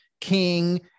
king